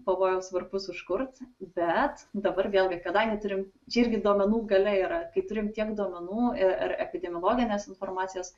pavojaus varpus užkurt bet dabar vėlgi kadangi turim čia irgi duomenų galia yra kai kai turim tiek duomenų ir ir epidemiologinės informacijos